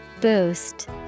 Boost